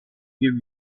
give